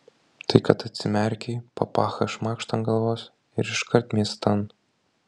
tai kad atsimerkei papachą šmakšt ant galvos ir iškart miestan